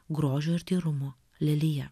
grožio ir tyrumo lelija